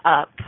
up